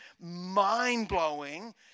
mind-blowing